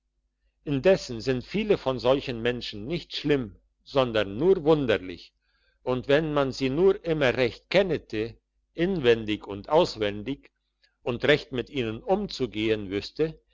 indessen sind viele von solchen menschen nicht schlimm sondern nur wunderlich und wenn man sie nur immer recht kennete inwendig und auswendig und recht mit ihnen umzugehen wüsste